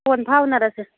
phone ꯐꯥꯎꯅꯔꯁꯤ